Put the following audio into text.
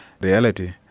reality